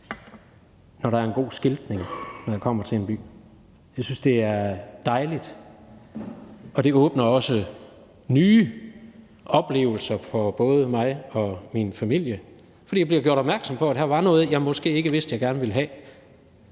at der er en god skiltning, når jeg kommer til en by. Jeg synes, det er dejligt, og det åbner også nye oplevelser for både mig og min familie, for jeg bliver gjort opmærksom på, at her var noget, jeg måske ikke vidste jeg gerne ville have.